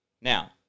now